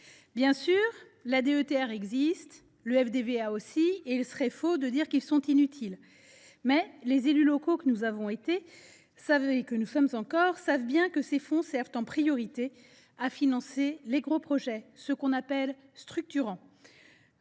Certes, la DETR existe, tout comme le FDVA, et il serait faux de dire qu’ils sont inutiles. Pourtant, les élus locaux que nous avons été ou que nous sommes encore, savent bien que ces fonds servent en priorité à financer les gros projets, ceux que l’on appelle « structurants ».